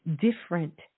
different